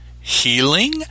Healing